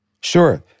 Sure